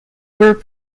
were